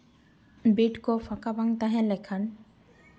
bed ᱠᱚ ᱯᱷᱟᱠᱟ ᱵᱟᱝ ᱛᱟᱦᱮᱸ ᱞᱮᱱᱠᱷᱟᱱ